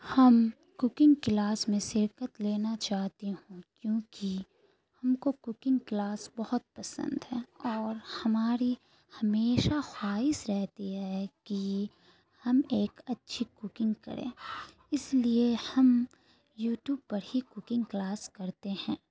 ہم cooking class میں شرکت لینا چاہتی ہوں کیونکہ ہم کو کوکنگ کلاس بہت پسند ہے اور ہماری ہمیشہ خواہش رہتی ہے کہ ہم ایک اچھی کوکنگ کریں اس لیے ہم یو ٹیوب پر ہی کوکنگ کلاس کرتے ہیں